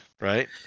right